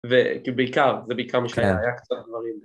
ובעיקר, זה בעיקר משלם היה קצת דברים